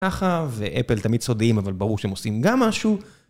ככה, ואפל תמיד סודיים, אבל ברור שהם עושים גם משהו.